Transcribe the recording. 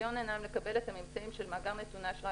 בכיליון עיניים לקבל את הממצאים של מאגר נתוני אשראי